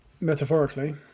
Metaphorically